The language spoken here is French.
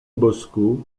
bosco